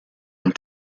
and